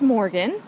Morgan